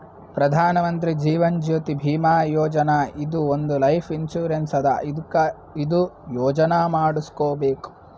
ಪ್ರಧಾನ್ ಮಂತ್ರಿ ಜೀವನ್ ಜ್ಯೋತಿ ಭೀಮಾ ಯೋಜನಾ ಇದು ಒಂದ್ life insurance ಅದಾ ಅದ್ಕ ಇದು ಯೋಜನಾ ಮಾಡುಸ್ಕೊಬೇಕ್